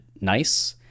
nice